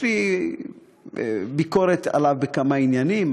יש לי ביקורת עליו בכמה עניינים,